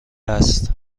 هست